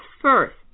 first